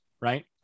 right